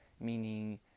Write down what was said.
meaning